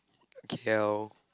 K_L